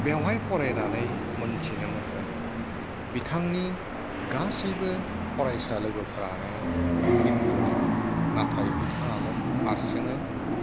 बेवहाय फरायनानै मोनथिनो मोनदों बिथांनि गासैबो फरायसा लोगोफ्रानो हिन्दु निमोन नाथाय बिथाङाल' हारसिङै